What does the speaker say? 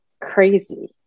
crazy